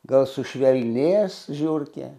gal sušvelnės žiurkė